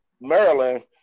Maryland